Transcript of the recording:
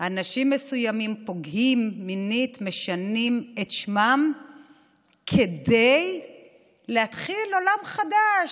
אנשים מסוימים פוגעים מינית משנים את שמם כדי להתחיל עולם חדש,